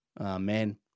Amen